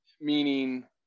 meaning